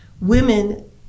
women